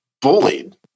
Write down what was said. bullied